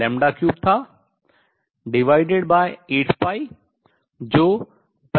divided by 8π जो 25 के कोटि का है